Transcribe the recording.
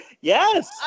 Yes